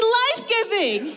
life-giving